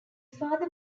father